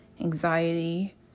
anxiety